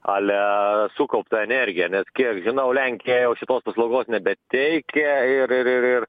ale sukauptą energiją nes kiek žinau lenkija jau šitos paslaugos nebeteikia ir ir ir ir